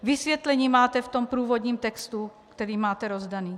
Vysvětlení máte v průvodním textu, který máte rozdaný.